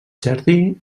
jardí